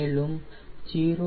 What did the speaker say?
மேலும் 0